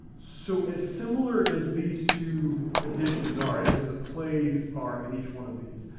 so as similar as these two editions are, and as the plays are in each one of these,